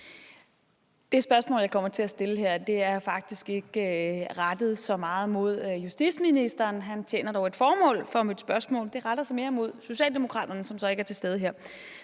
Det spørgsmål, jeg kommer til at stille her, er faktisk ikke så meget rettet mod justitsministeren, han tjener dog et formål for mit spørgsmål, det retter sig mere mod Socialdemokratiet, som så ikke er til stede her.